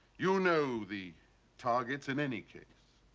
you know the targets in any case.